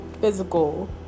Physical